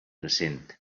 recent